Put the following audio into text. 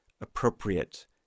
appropriate